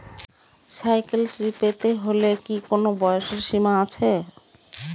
Cycle Shri পেতে হলে কি কোনো বয়সের সীমা আছে?